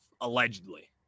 allegedly